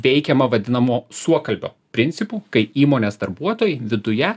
veikiama vadinamu suokalbio principu kai įmonės darbuotojai viduje